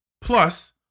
plus